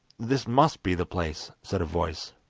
this must be the place said a voice,